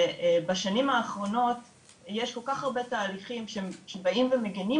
בשנים האחרונות יש כל כך הרבה תהליכים שבאים ומגינים